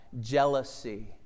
jealousy